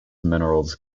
minerals